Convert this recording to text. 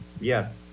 Yes